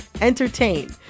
entertain